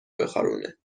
بخارونه